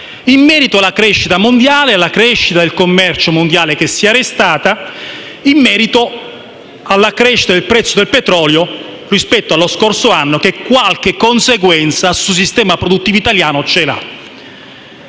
in merito alla crescita mondiale e alla crescita del commercio mondiale che si è arrestata, in merito alla crescita del prezzo del petrolio rispetto allo scorso anno, che qualche conseguenza sul sistema produttivo italiano ce l'ha.